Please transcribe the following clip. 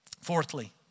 Fourthly